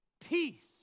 Peace